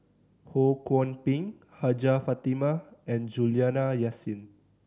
Ho Kwon Ping Hajjah Fatimah and Juliana Yasin